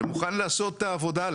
שמוכן לעשות את העבודה.